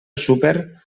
súper